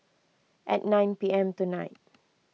at nine P M tonight